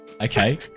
Okay